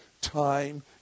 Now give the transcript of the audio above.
time